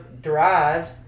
derived